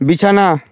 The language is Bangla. বিছানা